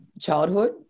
childhood